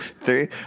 three